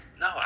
No